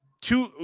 two